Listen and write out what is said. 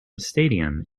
stadium